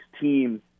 team